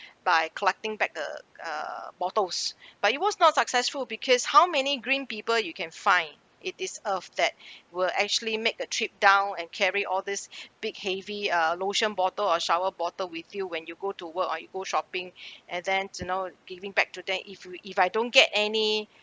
by collecting back the uh bottles but it was not successful because how many green people you can find it is of that will actually make a trip down and carry all this big heavy uh lotion bottle or shower bottle with you when you go to work or you go shopping and then you know giving back to them if we if I don't get any